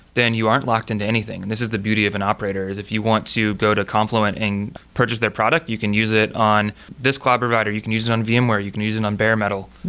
then you aren't locked into anything. this is the beauty of an operator, operator, is if you want to go to confluent and purchase their product, you can use it on this cloud provider, you can use it on vmware, you can use it on bare metal,